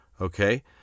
okay